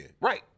Right